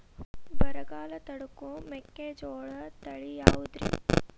ಬರಗಾಲ ತಡಕೋ ಮೆಕ್ಕಿಜೋಳ ತಳಿಯಾವುದ್ರೇ?